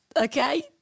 Okay